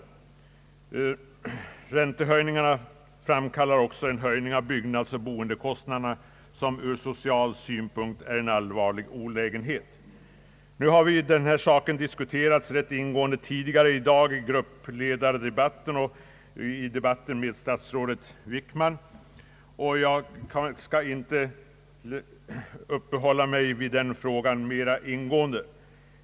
En räntehöjning framkallar också en höjning av byggnadsoch boendekostnaderna, som ur social synvinkel innebär en allvarlig olägenhet. Nu har ju denna sak diskuterats rätt ingående tidigare i dag i gruppledardebatten med statsrådet Wickman, och jag skall därför inte uppehålla mig mera ingående vid den frågan.